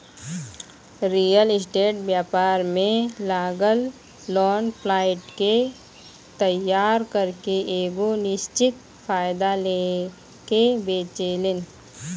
real estate व्यापार में लागल लोग फ्लाइट के तइयार करके एगो निश्चित फायदा लेके बेचेलेन